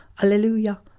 Hallelujah